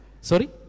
sorry